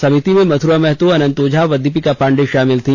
समिति मे मथ्रा महतो अनंत ओझा व दीपिका पांडे शामिल थे